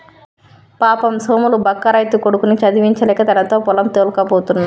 పాపం సోములు బక్క రైతు కొడుకుని చదివించలేక తనతో పొలం తోల్కపోతుండు